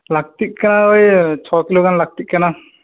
ᱞᱟᱹᱠᱛᱤᱜ ᱠᱟᱱᱟ ᱳᱭ ᱪᱷᱚ ᱠᱤᱞᱳ ᱜᱟᱱ ᱞᱟᱹᱠᱛᱤᱜ ᱠᱟᱱᱟ